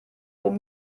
hohem